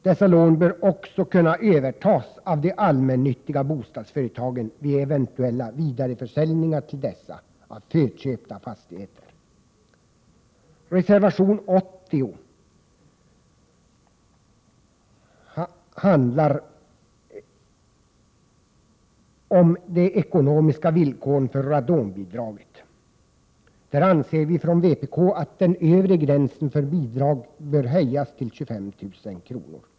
Dessa lån bör också kunna övertas av de allmännyttiga bostadsföretagen vid eventuella vidareförsäljningar till dessa av förköpta fastigheter. Reservation 80 handlar om de ekonomiska villkoren för radonbidraget. Där anser vi från vpk att den övre gränsen för bidrag bör höjas till 25 000 kr.